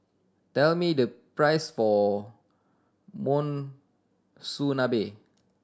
tell me the price for Monsunabe